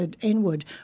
inward